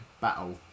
battle